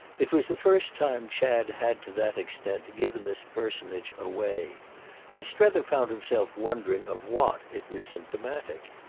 it was the first time chad had to that extent given this personage away and strether found himself wondering of what it was symptomatic.